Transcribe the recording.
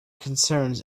concerns